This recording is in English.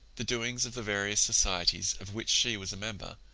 the doings of the various societies of which she was a member,